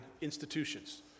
institutions